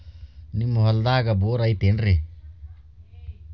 ನಿಮ್ಮ ಹೊಲ್ದಾಗ ಬೋರ್ ಐತೇನ್ರಿ?